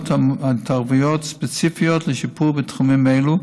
התערבות ספציפיות לשיפור בתחומים אלו,